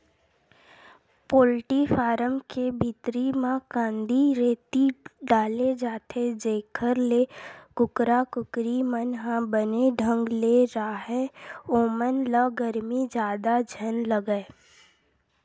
poultry farm के भीतरी म कांदी, रेती डाले जाथे जेखर ले कुकरा कुकरी मन ह बने ढंग ले राहय ओमन ल गरमी जादा झन लगय